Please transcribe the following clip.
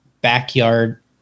backyard